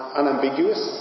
unambiguous